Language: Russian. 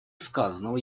сказанного